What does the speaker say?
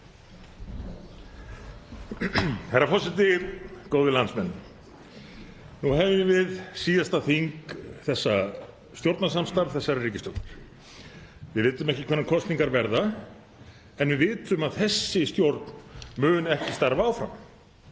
Herra forseti. Góðir landsmenn. Nú hefjum við síðasta þing stjórnarsamstarfs þessarar ríkisstjórnar. Við vitum ekki hvenær kosningar verða en við vitum að þessi stjórn mun ekki starfa áfram